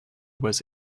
was